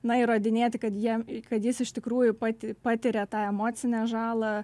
na įrodinėti kad jie kad jis iš tikrųjų pati patiria tą emocinę žalą